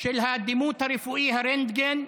של הדימות הרפואי, הרנטגן,